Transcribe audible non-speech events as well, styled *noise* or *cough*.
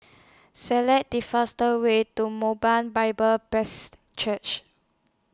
Select The fastest Way to *unintelligible* Bible *unintelligible* Church